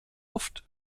oft